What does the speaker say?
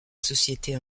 société